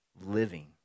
living